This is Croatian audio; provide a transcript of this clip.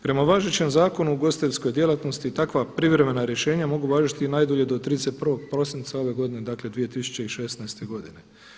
Prema važećem Zakonu o ugostiteljskoj djelatnosti takva privremena rješenja mogu važiti najdulje do 31. prosinca ove godine, dakle 2016. godine.